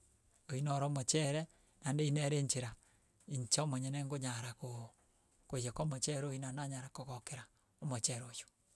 Oywo noro omochere naende eyi nere enchera inche omonyene nkonyara koooo koiyeka omochere oyi naende nanyara kogokera omochere oiywo.